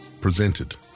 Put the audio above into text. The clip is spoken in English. presented